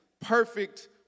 perfect